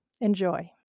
Enjoy